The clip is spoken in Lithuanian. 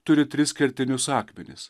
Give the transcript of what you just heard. turi tris kertinius akmenis